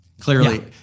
clearly